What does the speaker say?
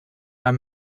are